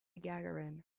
gagarin